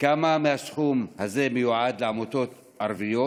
2. כמה מהסכום מיועד לעמותות ערביות?